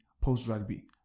post-rugby